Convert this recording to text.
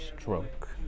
stroke